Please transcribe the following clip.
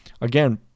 again